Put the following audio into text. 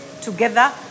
together